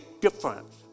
difference